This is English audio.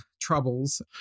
troubles